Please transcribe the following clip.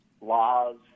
laws